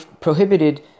prohibited